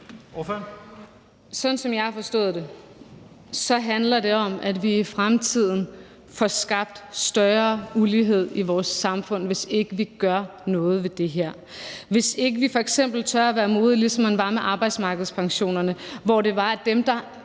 Sådan som jeg har forstået det, handler det om, at vi i fremtiden får skabt større ulighed i vores samfund, hvis ikke vi gør noget ved det her – hvis ikke vi f.eks. tør være modige, ligesom man var med arbejdsmarkedspensionerne, hvor det var sådan, at dem, der